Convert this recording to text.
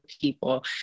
people